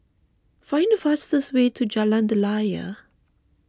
find the fastest way to Jalan Daliah